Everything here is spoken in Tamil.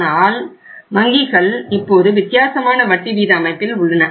ஆனால் வங்கிகள் இப்போது வித்தியாசமான வட்டி வீத அமைப்பில் உள்ளன